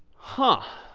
huh,